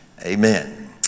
amen